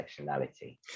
intersectionality